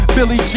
Billy